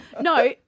No